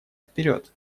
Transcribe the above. вперед